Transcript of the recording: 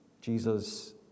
Jesus